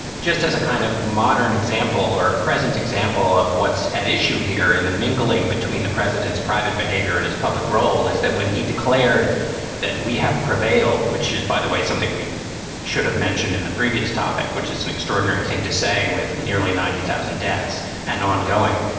just as a kind of modern example or present example of what's at issue here in the mingling between the president's private behavior and his public role, is that when he declared that we have prevailed, which is, by the way, something we should have mentioned in the previous topic, which is an extraordinary thing to say with nearly ninety thousand deaths and ongoing,